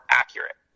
accurate